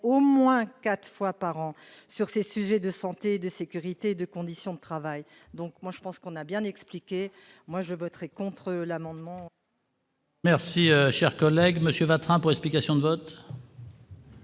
Au moins. 4 fois par an, sur ces sujets de santé, de sécurité, de conditions de travail, donc moi je pense qu'on a bien expliqué, moi, je voterai contre l'amendement. Merci, cher collègue Monsieur Vatrin pour explication de vote.